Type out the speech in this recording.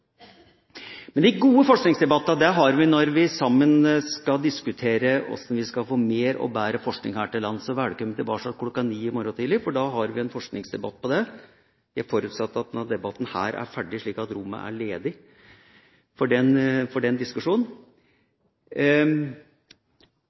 Men de gode forskningsdebattene har vi når vi sammen skal diskutere hvordan vi skal få mer og bedre forskning her til lands. Og velkommen tilbake kl. 9 i morgen tidlig, for da har vi en forskningsdebatt. Jeg forutsetter at denne debatten er ferdig, slik at rommet er ledig for den diskusjonen.